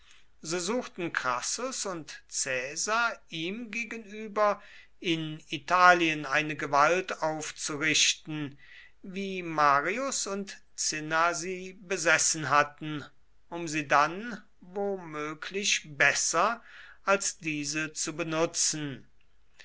so suchten crassus und caesar ihm gegenüber in italien eine gewalt aufzurichten wie marius und cinna sie besessen hatten um sie dann womöglich besser als diese zu benutzen